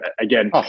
Again